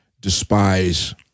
despise